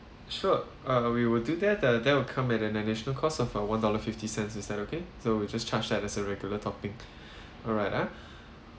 sure uh we will do that uh that will come ad~ an additional cost of one dollar fifty cents is that okay so we just charged as a regular topping alright ah